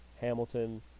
Hamilton